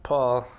Paul